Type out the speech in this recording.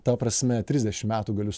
ta prasme trisdešim metų galiu